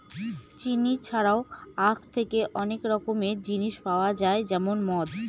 চিনি ছাড়াও আঁখ থেকে অনেক রকমের জিনিস পাওয়া যায় যেমন মদ